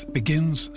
begins